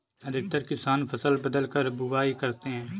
अधिकतर किसान फसल बदलकर बुवाई करते है